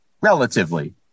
relatively